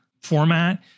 format